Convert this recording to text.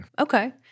Okay